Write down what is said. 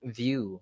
view